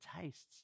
tastes